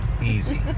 Easy